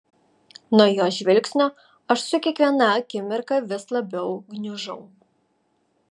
nuo jos žvilgsnio aš su kiekviena akimirka vis labiau gniužau